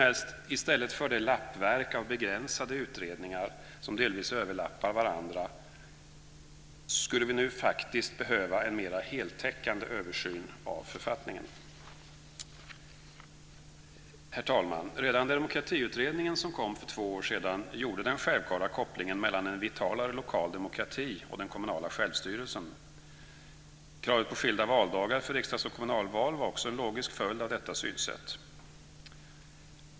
I stället för det lappverk av begränsade utredningar, som delvis överlappar varandra, skulle vi nu faktiskt behöva en mer heltäckande översyn av författningen. Herr talman! Redan Demokratiutredningen som kom för två år sedan gjorde den självklara kopplingen mellan en vitalare lokal demokrati och den kommunala självstyrelsen. Kravet på skilda valdagar för riksdags och kommunalval var också en logisk följd av detta synsätt.